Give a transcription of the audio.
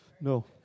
No